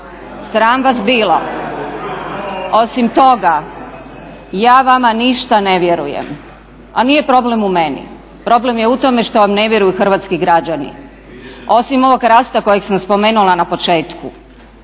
u dvorani./… Osim toga, ja vama ništa ne vjerujem a nije problem u meni, problem je u tome što vam ne vjeruju hrvatski građani. Osim ovog rasta kojeg sam spomenula na početku